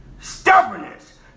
Stubbornness